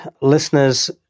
listeners